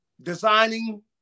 designing